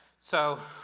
so,